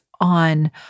on